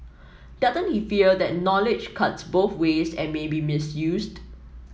doesn't he fear that knowledge cuts both ways and may be misused